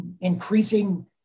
Increasing